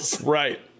right